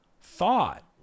thought